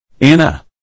Anna